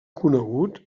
conegut